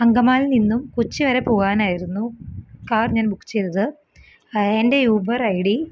അങ്കമാലിയില് നിന്നും കൊച്ചി വരെ പോവാനായിരുന്നു കാര് ഞാന് ബുക്ക് ചെയ്തത് എന്റെ യൂബർ ഐഡി